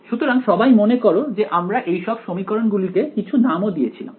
সুতরাং সবাই মনে করো যে আমরা এইসব সমীকরণগুলিকে কিছু নাম ও দিয়ে ছিলাম